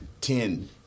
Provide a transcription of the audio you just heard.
ten